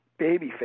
babyface